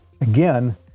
again